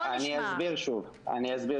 אסביר שוב.